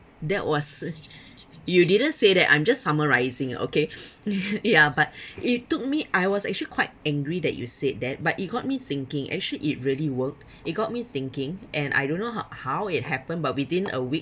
that was you didn't say that I'm just summarising okay ya but it took me I was actually quite angry that you said that but it got me thinking actually it really worked it got me thinking and I don't know how how it happened but within a week